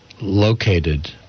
located